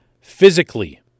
physically